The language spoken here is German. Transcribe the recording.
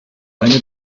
meine